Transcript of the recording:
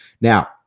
Now